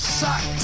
suck